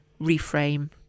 reframe